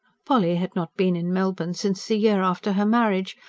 polly had not been in melbourne since the year after her marriage,